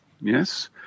Yes